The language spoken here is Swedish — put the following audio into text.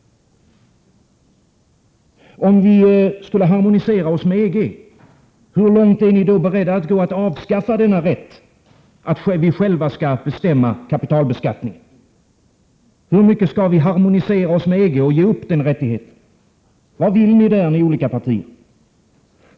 Om vi kan harmonisera oss med EG, hur långt är ni då beredda att avskaffa denna rätt för oss att själva bestämma över kapitalbeskattningen? Hur mycket skall vi harmonisera oss med EG och ge upp den rättigheten? Vad vill ni i olika partier?